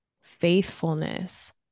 faithfulness